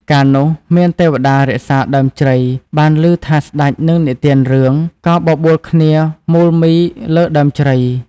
កាលនោះ មានទេវតារក្សាដើមជ្រៃបានឮថាស្តេចនឹងនិទានរឿង ក៏បបួលគ្នាមូលមីរលើដើមជ្រៃ។